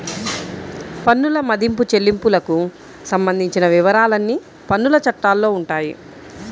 పన్నుల మదింపు, చెల్లింపులకు సంబంధించిన వివరాలన్నీ పన్నుల చట్టాల్లో ఉంటాయి